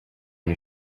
you